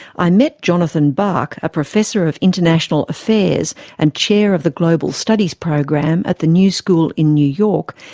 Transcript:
i met jonathan bach, a professor of international affairs and chair of the global studies program at the new school in new york,